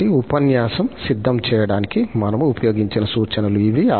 కాబట్టి ఉపన్యాసం సిద్ధం చేయడానికి మనము ఉపయోగించిన సూచనలు ఇవి